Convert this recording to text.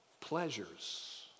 Pleasures